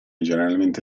generalmente